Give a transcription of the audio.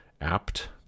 apt